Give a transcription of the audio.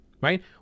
Right